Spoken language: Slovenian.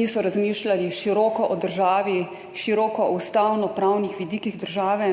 niso razmišljali široko o državi, široko o ustavnopravnih vidikih države,